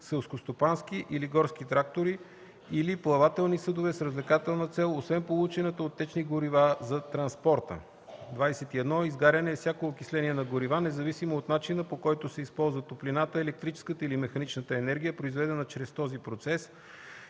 селскостопански или горски трактори или плавателни съдове с развлекателна цел, освен получената от течни горива за транспорта. 21. „Изгаряне” е всяко окисление на горива независимо от начина, по който се използва топлинната, електрическата или механичната енергия, произведена чрез този процес,